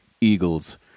eagles